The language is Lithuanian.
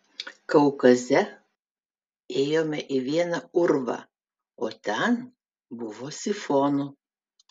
kaukaze ėjome į vieną urvą o ten buvo sifonų